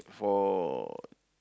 for